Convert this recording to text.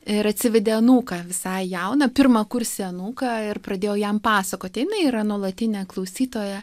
ir atsivedė anūką visai jauną pirmakursį anūką ir pradėjo jam pasakoti jinai yra nuolatinė klausytoja